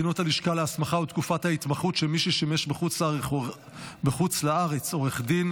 (בחינות הלשכה להסמכה ותקופת ההתמחות של מי ששימש בחוץ לארץ עורך דין),